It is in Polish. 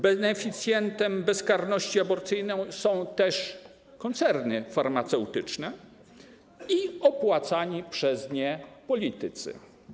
Beneficjentami bezkarności aborcyjnej są też koncerny farmaceutyczne i opłacani przez nie politycy.